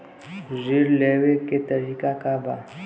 ऋण लेवे के तरीका का बा?